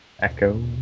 Echo